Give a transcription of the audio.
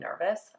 nervous